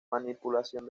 manipulación